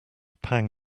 pang